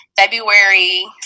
February